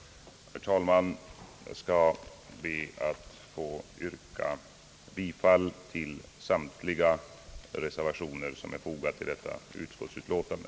Herr talman! Jag skall be att få yrka bifall till samtliga reservationer som är fogade till detta betänkande.